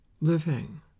living